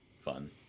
fun